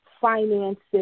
finances